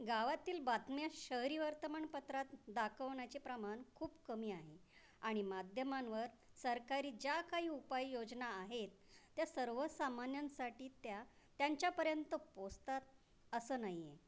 गावातील बातम्या शहरी वर्तमानपत्रात दाखवण्याचे प्रमाण खूप कमी आहे आणि माध्यमांवर सरकारी ज्या काही उपाय योजना आहेत त्या सर्वसामान्यांसाठी त्या त्यांच्यापर्यंत पोचतात असं नाही आहे